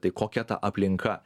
tai kokia ta aplinka